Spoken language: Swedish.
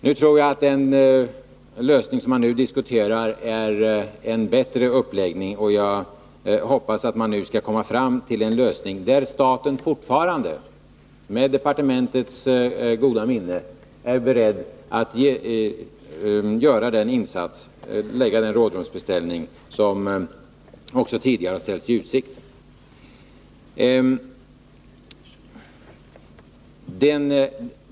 Den uppläggning man nu diskuterar tror jag är bättre, och jag hoppas att man skall komma fram till en lösning där staten fortfarande, med departementets goda minne, är beredd att göra den rådrumsbeställning som också tidigare har ställts i utsikt.